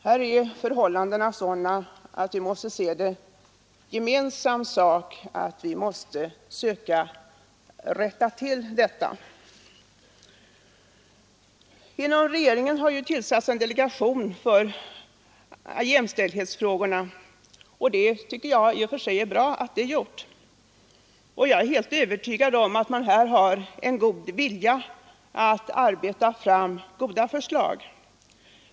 Här är förhållandena sådana att vi måste se det som en gemensam angelägenhet att söka rätta till dem. Inom regeringen har tillsatts en delegation för jämställdhetsfrågorna, och det tycker jag i och för sig är bra. Jag är helt övertygad om att man har en stark vilja att arbeta fram goda förslag.